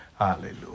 Hallelujah